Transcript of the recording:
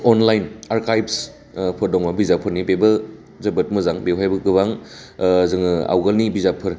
online archives फोर दङ बिजाबफोरनि बेबो जोबोद मोजां बेवहायबो गोबां जोङो आवगोलनि बिजाबफोर